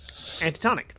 antitonic